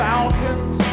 Falcons